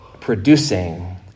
producing